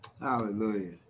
hallelujah